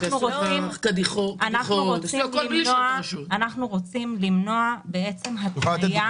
אנחנו רוצים למנוע התניה של היתר.